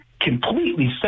completely